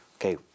okay